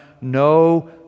no